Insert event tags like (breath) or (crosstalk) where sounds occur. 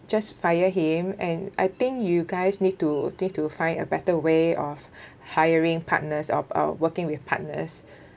just fire him and I think you guys need to need to find a better way of (breath) hiring partners or uh working with partners